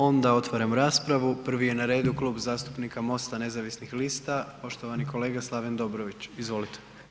Onda otvaram raspravu, prvi je na redu Kluba zastupnika Mosta nezavisnih lista poštovani kolega Slaven Dobrović, izvolite.